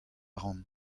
ran